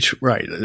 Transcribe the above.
right